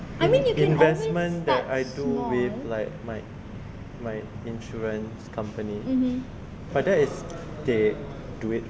investments that I do with like my insurance company but that is they do it